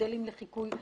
מודלים לחיקוי.